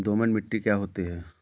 दोमट मिट्टी क्या होती हैं?